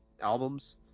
albums